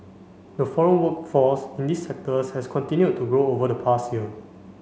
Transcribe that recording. the foreign workforce in these sectors has continued to grow over the past year